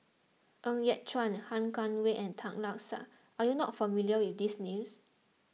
Ng Yat Chuan Han Guangwei and Tan Lark Sye are you not familiar with these names